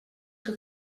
que